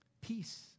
Peace